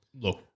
Look